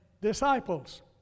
disciples